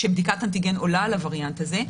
שבדיקת אנטיגן עולה על הווריאנט הזה,